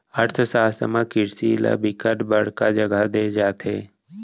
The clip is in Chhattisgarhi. अर्थसास्त्र म किरसी ल बिकट बड़का जघा दे जाथे